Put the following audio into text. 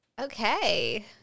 Okay